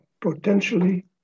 potentially